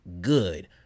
good